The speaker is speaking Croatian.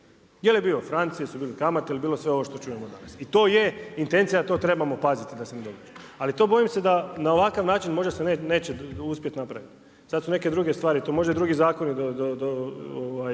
jeli bio franci, jesu bile kamate ili sve ovo što čujemo danas i to je intencija i to trebamo paziti da se ne događa. Ali to bojim se da na ovakav način možda se neće uspjeti napraviti. Sada su neke druge stvari, to možda drugi zakoni